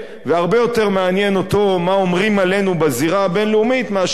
והרבה יותר מעניין אותו מה אומרים עלינו בזירה הבין-לאומית מאשר מה